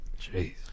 Jeez